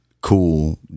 cool